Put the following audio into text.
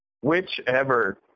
Whichever